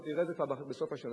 אתה תראה את זה כבר בסוף השנה.